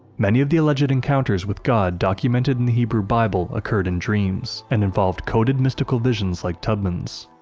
many of the alleged encounters with god documented in the hebrew bible occurred in dreams, and involved coded, mystical visions like tubman's.